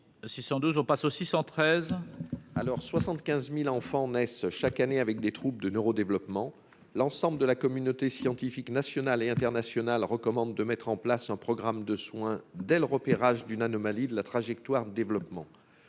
Alors, 75000 enfants naissent chaque année avec des troubles de neurodéveloppement l'ensemble de la communauté scientifique nationale et internationale recommande de mettre en place un programme de soins dès le repérage d'une anomalie de la trajectoire de développement,